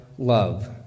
Love